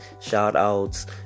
shout-outs